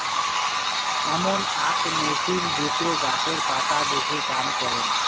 এমন আক মেছিন যেটো গাছের পাতা দেখে কাম করং